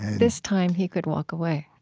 this time he could walk away,